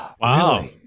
Wow